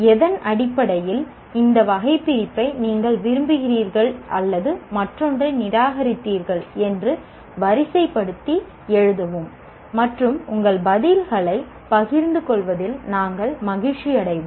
எதன் அடிப்படையில் இந்த வகைபிரிப்பை நீங்கள் விரும்புகிறீர்கள் அல்லது மற்றொன்றை நிராகரித்தீர்கள் என்று வரிசை படுத்தி எழுதவும் மற்றும் உங்கள் பதில்களைப் பகிர்ந்து கொள்வதில் நாங்கள் மகிழ்ச்சியடைவோம்